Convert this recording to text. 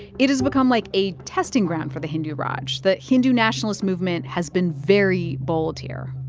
it has become like a testing ground for the hindu raj. the hindu nationalist movement has been very bold here,